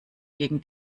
gegen